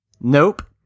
Nope